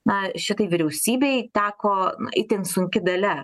na šitai vyriausybei teko na itin sunki dalia